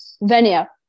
Venia